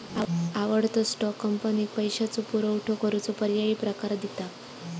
आवडतो स्टॉक, कंपनीक पैशाचो पुरवठो करूचो पर्यायी प्रकार दिता